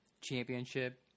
championship